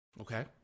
Okay